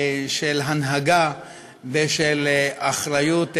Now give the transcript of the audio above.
של הנהגה ושל אחריות חברתית.